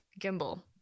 gimbal